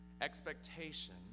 Expectation